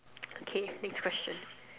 okay next question